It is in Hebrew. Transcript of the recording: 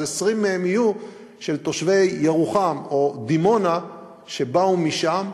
אז 20 מהן יהיו של תושבי ירוחם או דימונה שבאו משם,